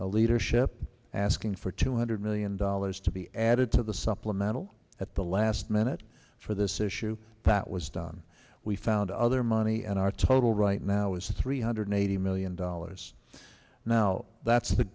the leadership asking for two hundred million dollars to be added to the supplemental at the last minute for this issue that was done we found other money and our total right now is three hundred eighty million dollars now that's the